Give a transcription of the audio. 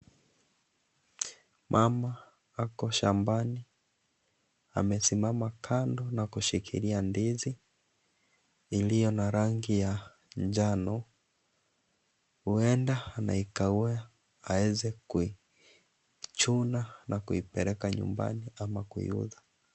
Mama ako shambani amesimama kando na kushikilia ndizi iliyo na rangi ya njano. Huenda anaikagua aweze kuichuna na kuipeleka nyumbani ama kuiuza.